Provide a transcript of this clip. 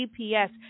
GPS